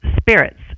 spirits